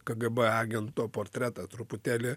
kgb agento portretą truputėlį